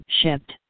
Shipped